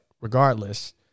regardless